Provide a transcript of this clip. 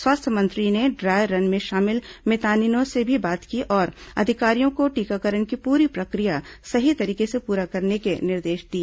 स्वास्थ्य मंत्री ने ड्राय रन में शामिल मितानिन से भी बात की और अधिकारियों को टीकाकरण की पूरी प्रक्रिया सही तरीके से पूरी करने के निर्देश दिए